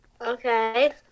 Okay